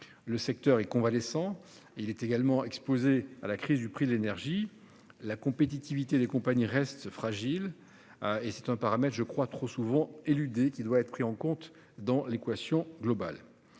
le secteur est convalescent, il se trouve désormais exposé à la crise du prix de l'énergie. La compétitivité des compagnies reste fragile. Ce paramètre, trop souvent éludé, doit être pris en compte dans l'équation globale.